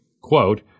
quote